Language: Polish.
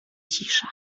cisza